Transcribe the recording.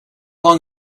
long